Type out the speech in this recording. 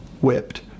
whipped